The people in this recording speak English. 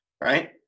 right